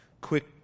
quick